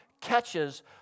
catches